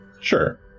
Sure